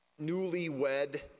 newlywed